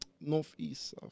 northeast